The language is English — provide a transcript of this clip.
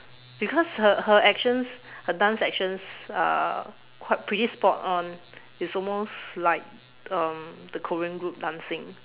because her her actions her dance actions are quite pretty spot on it's almost like um the Korean group dancing